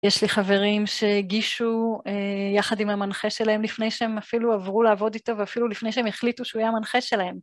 יש לי חברים שהגישו יחד עם המנחה שלהם לפני שהם אפילו עברו לעבוד איתו ואפילו לפני שהם החליטו שהוא היה המנחה שלהם.